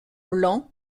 blanc